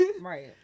right